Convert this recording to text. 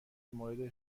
مورد